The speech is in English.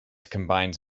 combines